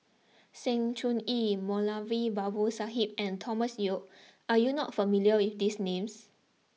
Sng Choon Yee Moulavi Babu Sahib and Thomas Yeo are you not familiar with these names